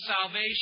salvation